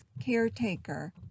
caretaker